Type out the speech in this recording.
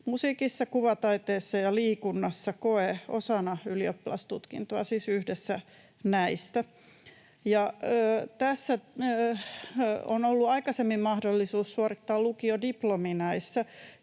musiikissa, kuvataiteessa ja liikunnassa — koe osana ylioppilastutkintoa, siis yhdessä näistä. Näissä on ollut aikaisemmin mahdollisuus suorittaa lukiodiplomi. Jäin